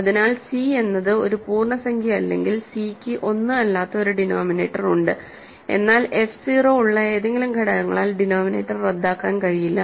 അതിനാൽ സി എന്നത് ഒരു പൂർണ്ണസംഖ്യയല്ലെങ്കിൽ സിക്ക് 1 അല്ലാത്ത ഒരു ഡിനോമിനേറ്റർ ഉണ്ട് എന്നാൽ എഫ് 0 ഉള്ള ഏതെങ്കിലും ഘടകങ്ങളാൽ ഡിനോമിനേറ്റർ റദ്ദാക്കാൻ കഴിയില്ല